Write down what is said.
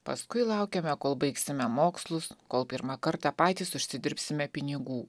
paskui laukiame kol baigsime mokslus kol pirmą kartą patys užsidirbsime pinigų